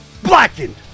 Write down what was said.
Blackened